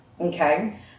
Okay